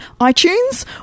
iTunes